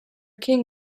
king